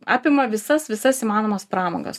apima visas visas įmanomas pramogas